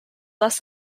less